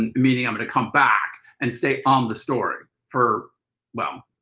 and meaning i'm going to come back and stay on the story for well,